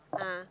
a'ah